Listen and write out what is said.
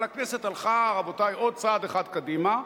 אבל הכנסת הלכה, רבותי, עוד צעד אחד קדימה,